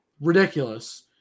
ridiculous